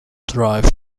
drive